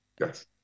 Yes